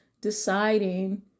deciding